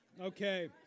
Okay